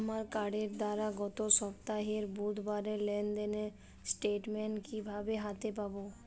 আমার কার্ডের দ্বারা গত সপ্তাহের বুধবারের লেনদেনের স্টেটমেন্ট কীভাবে হাতে পাব?